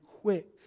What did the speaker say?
quick